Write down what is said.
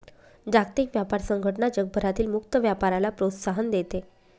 जागतिक व्यापार संघटना जगभरातील मुक्त व्यापाराला प्रोत्साहन देते